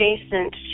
adjacent